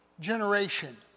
Generation